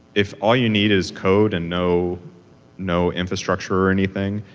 if all you need is code and no no infrastructure or anything,